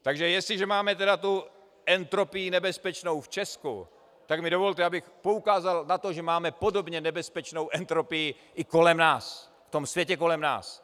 Takže jestliže máme tedy tu entropii nebezpečnou v Česku, tak mi dovolte, abych poukázal na to, že máme podobně nebezpečnou entropii i kolem nás, v tom světě kolem nás.